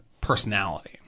personality